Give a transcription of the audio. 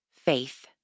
faith